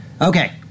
Okay